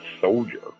soldier